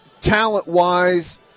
talent-wise